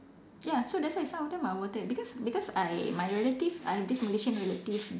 ya so that's why some of them are water because because I my relative I've this Malaysian relative